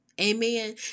Amen